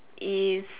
is